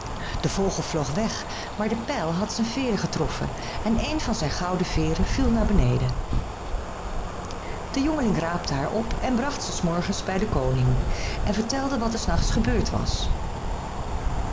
de vogel vloog weg maar de pijl had zijn veêren getroffen en een van zijn gouden veêren viel naar beneden de jongeling raapte haar op en bracht ze s morgens bij den koning en vertelde wat er s nachts gebeurd was